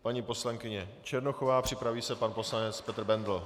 Paní poslankyně Černochová, připraví se pan poslanec Petr Bendl.